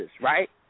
right